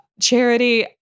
Charity